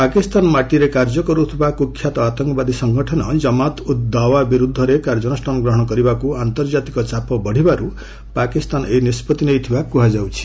ପାକିସ୍ତାନ ମାଟିରେ କାର୍ଯ୍ୟ କରୁଥିବା କୁଖ୍ୟାତ ଆତଙ୍କବାଦୀ ସଂଗଠନ ଜମାତ୍ ଉଦ୍ ଦାଓ୍ବା ବିରୁଦ୍ଧରେ କାର୍ଯ୍ୟାନୁଷ୍ଠାନ ଗ୍ରହଣ କରିବାକୁ ଆନ୍ତର୍ଜାତିକ ଚାପ ବଢ଼ିବାରୁ ପାକିସ୍ତାନ ଏହି ନିଷ୍ପଭି ନେଇଥିବା କୁହାଯାଉଛି